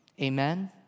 Amen